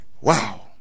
Wow